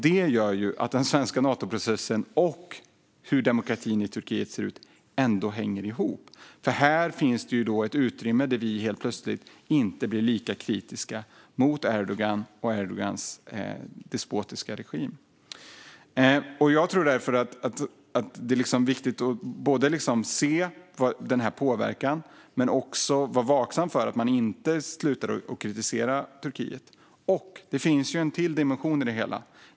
Det gör att den svenska Natoprocessen och hur demokratin i Turkiet ser ut ändå hänger ihop. Här finns nämligen ett utrymme där vi helt plötsligt inte blir lika kritiska mot Erdogan och hans despotiska regim. Jag tror därför att det är viktigt att se denna påverkan men också att vara vaksam på att man inte slutar kritisera Turkiet. Det finns ytterligare dimension i det hela.